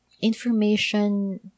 information